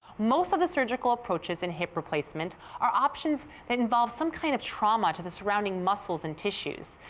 most of the surgical approaches in hip replacement are options that involve some kind of trauma to the surrounding muscles and tissues.